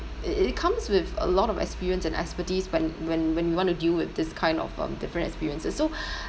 it it comes with a lot of experience and expertise when when when you want to deal with this kind of um different experiences so it